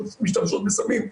שמשתמשות בסמים.